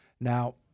Now